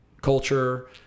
culture